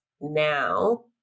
now